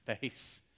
face